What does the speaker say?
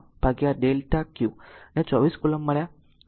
તેથી 4103∆q ને 24 કૂલોમ્બ મળ્યા